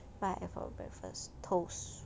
what I have for breakfast toast